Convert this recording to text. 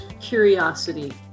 curiosity